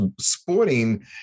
sporting